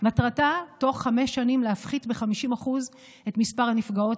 מטרתה היא להפחית בתוך חמש שנים ב-50% את מספר הנפגעות